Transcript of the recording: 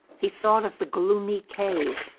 he thought of the gloomy cave,